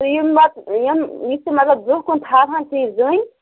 تہٕ یِم مط یِم یُس یہِ مطلب برونٛہہ کُن تھاوان چھِ یِہ زٔنۍ